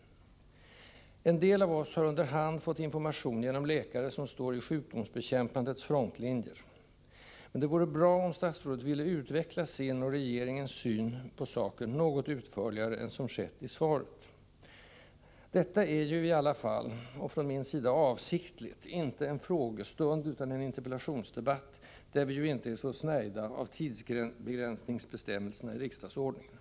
En del av oss har under hand fått information genom läkare, som står i sjukdomsbekämpandets frontlinjer. Men det vore bra om statsrådet ville utveckla sin och regeringens syn på saken något utförligare än som skett i svaret. Detta är ju i alla fall inte en frågestund utan — från min sida avsiktligt — en interpellationsdebatt, där vi inte är så snärjda av tidsbegränsningsbestämmelserna i riksdagsordningen.